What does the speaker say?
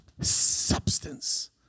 substance